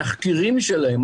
התחקירים שלהן,